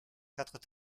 quatre